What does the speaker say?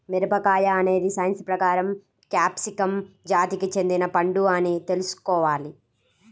మిరపకాయ అనేది సైన్స్ ప్రకారం క్యాప్సికమ్ జాతికి చెందిన పండు అని తెల్సుకోవాలి